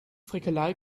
frickelei